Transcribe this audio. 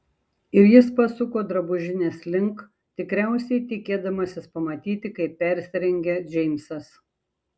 ir jis pasuko drabužinės link tikriausiai tikėdamasis pamatyti kaip persirengia džeimsas